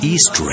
East